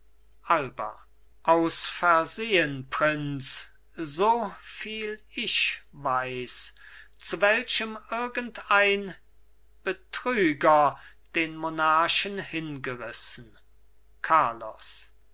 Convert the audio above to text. alba aus versehen prinz soviel ich weiß zu welchem irgendein betrüger den monarchen hingerissen carlos